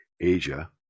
Asia